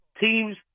teams